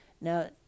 Now